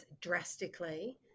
drastically